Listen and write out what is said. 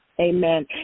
Amen